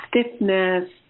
stiffness